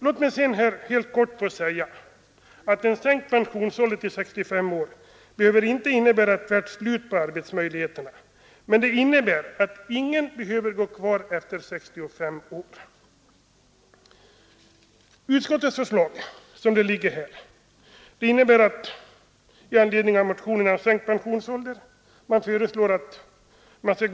Låt mig sedan helt kort säga att en sänkt pensionsålder till 65 år inte behöver innebära ett tvärt slut på arbetsmöjligheterna. Men den innebär att ingen behöver gå kvar efter 65 år. Utskottet föreslår att riksdagen skall godkänna vad utskottet har anfört i anledning av motionerna om sänkt pensionsålder.